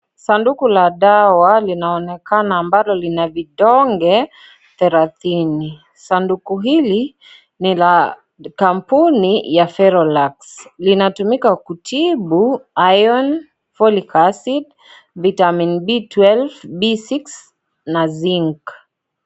Sanduku la dawa linaonekana ambalo lina vidonge thelathini. Sanduku hili ni la kampuni la Therolax linatumika kutibu iron, folic acid, vitamin d12, B6 na zinc .